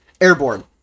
Airborne